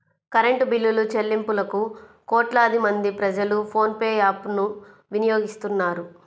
current బిల్లులుచెల్లింపులకు కోట్లాది మంది ప్రజలు ఫోన్ పే యాప్ ను వినియోగిస్తున్నారు